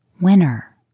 Winner